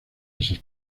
estas